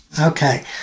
Okay